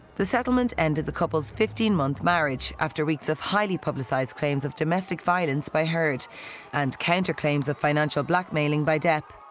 the settlement ended the couple's fifteen month marriage after weeks of highly publicized claims of domestic violence by heard and counterclaims of financial blackmailing by depp.